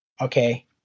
okay